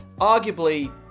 arguably